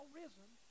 risen